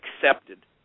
accepted